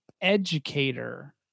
educator